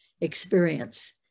experience